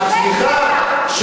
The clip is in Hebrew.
סליחה,